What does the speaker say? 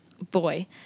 Boy